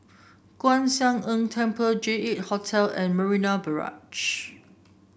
Kwan Siang Tng Temple J eight Hotel and Marina Barrage